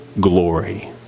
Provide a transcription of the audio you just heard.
glory